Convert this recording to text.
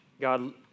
God